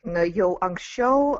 na jau anksčiau